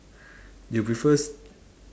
you prefer s~